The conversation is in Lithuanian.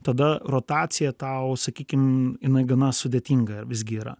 tada rotacija tau sakykim jinai gana sudėtinga visgi yra